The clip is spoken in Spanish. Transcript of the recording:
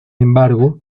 embargo